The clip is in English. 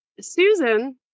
Susan